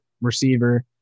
receiver